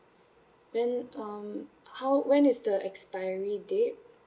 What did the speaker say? then um how when is the expiry date